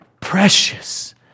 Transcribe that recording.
precious